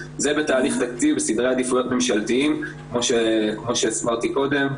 זה בתהליך תקציב וסדרי עדיפויות ממשלתיים כמו שהסברתי קודם,